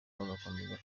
bagakomeza